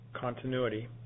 continuity